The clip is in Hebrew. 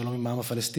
לשלום עם העם הפלסטיני,